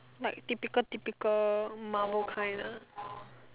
like typical typical Marvel kind lah